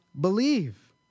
believe